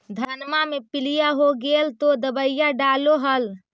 धनमा मे पीलिया हो गेल तो दबैया डालो हल?